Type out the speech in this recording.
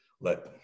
let